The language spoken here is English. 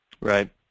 Right